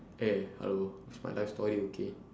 eh hello it's my life story okay